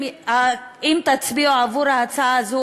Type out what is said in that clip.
אם תצביעו עבור ההצעה הזאת,